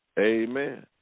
Amen